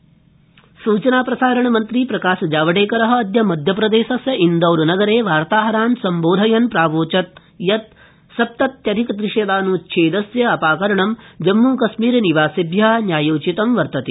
जावडेकर भोपाल सूचनाप्रसारणमन्त्री प्रकाशजावडेकरः अद्य मध्यप्रदेशस्य इन्दौरनगरे वार्ताहरान् सम्बोधयन् प्रावोचत् यत् सप्तत्यधिक त्रिशतान्च्छेदस्य अपाकरणं जम्मूकश्मीरनिवासिभ्यः न्यायोचितम् वर्तते